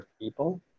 people